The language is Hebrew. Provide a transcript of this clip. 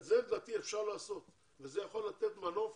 לדעתי את זה אפשר לעשות וזה יכול לתת מנוף